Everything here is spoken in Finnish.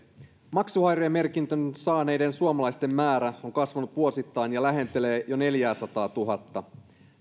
maksuhäiriömerkinnän saaneiden suomalaisten määrä on kasvanut vuosittain ja lähentelee jo neljääsataatuhatta